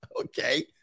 okay